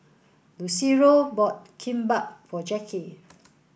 Lucero bought Kimbap for Jacky